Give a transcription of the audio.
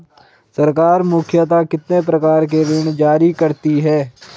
सरकार मुख्यतः कितने प्रकार के ऋण जारी करती हैं?